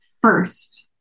first